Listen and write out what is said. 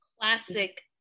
classic